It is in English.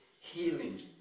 Healing